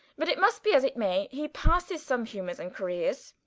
but it must bee as it may he passes some humors, and carreeres